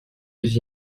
les